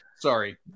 Sorry